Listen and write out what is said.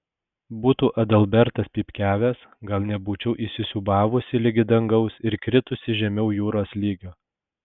būtų adalbertas pypkiavęs gal nebūčiau įsisiūbavusi ligi dangaus ir kritusi žemiau jūros lygio